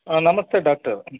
ನಮಸ್ತೆ ಡಾಕ್ಟರ್